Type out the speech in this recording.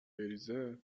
بریزه